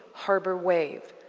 harbor wave.